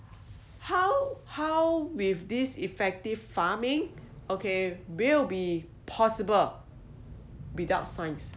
how how with this effective farming okay will be possible without science